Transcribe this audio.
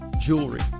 jewelry